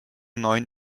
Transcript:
neuen